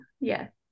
Yes